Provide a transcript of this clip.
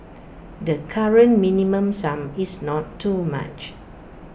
the current minimum sum is not too much